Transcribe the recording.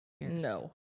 no